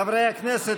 חברי הכנסת